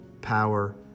power